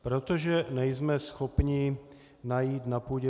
Protože nejsme schopni najít na půdě